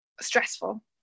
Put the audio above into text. stressful